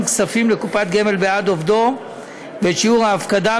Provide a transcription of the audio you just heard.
כספים לקופת גמל בעד עובדו ואת שיעור ההפקדה,